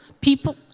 people